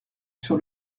sur